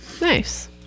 Nice